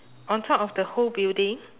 on top of the whole building